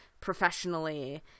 professionally